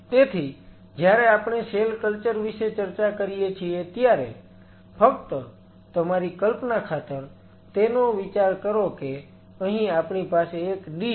તેથી જ્યારે આપણે સેલ કલ્ચર વિશે ચર્ચા કરીએ છીએ ત્યારે ફક્ત તમારી કલ્પના ખાતર તેનો વિચાર કરો કે અહીં આપણી પાસે એક ડીશ છે